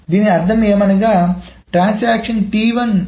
దీని అర్థం ఏమనగా ట్రాన్సాక్షన్ A